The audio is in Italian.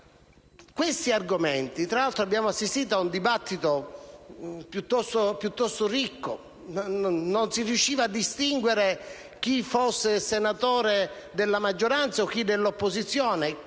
questi argomenti, tra l'altro, abbiamo assistito ad un dibattito piuttosto ricco, tanto che non si riusciva a distinguere chi fosse senatore della maggioranza e chi dell'opposizione.